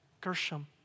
Gershom